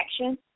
action